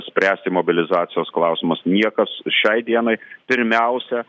spręsti mobilizacijos klausimus niekas šiai dienai pirmiausia